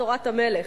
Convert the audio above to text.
"תורת המלך",